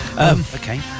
Okay